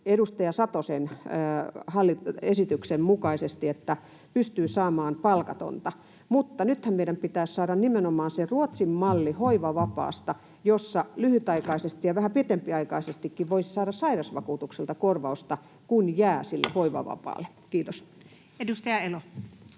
edustaja Satosen esityksen mukaisesti, että pystyy saamaan palkatonta, mutta nythän meidän pitää saada nimenomaan se Ruotsin malli hoivavapaasta, jossa lyhytaikaisesti ja vähän pitempiaikaisestikin voisi saada sairausvakuutukselta korvausta, kun jää sille hoivavapaalle. — Kiitos. Edustaja Elo.